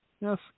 Yes